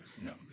no